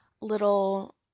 little